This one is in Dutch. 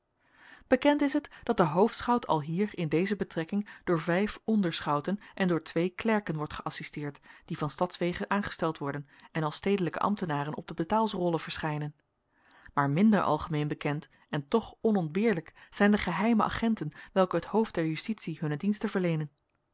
bekend is het dat de hoofdschout alhier in deze betrekking door vijf onderschouten en door twee klerken wordt geassisteerd die van stadswege aangesteld worden en als stedelijke ambtenaren op de betaalsrollen verschijnen maar minder algemeen bekend en toch onontbeerlijk zijn de geheime agenten welke het hoofd der justitie hunne diensten verleenen